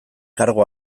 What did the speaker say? kargu